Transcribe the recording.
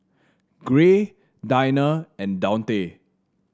Gray Dinah and Daunte